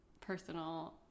personal